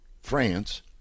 France